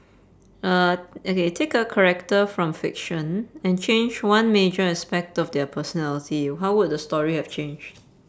uh okay take a character from fiction and change one major aspect of their personality how will the story have changed